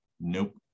Nope